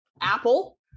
Apple